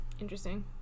Interesting